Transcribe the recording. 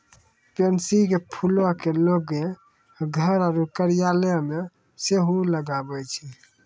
pansy के फूलो के लोगें घर आरु कार्यालय मे सेहो लगाबै छै